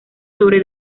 sobre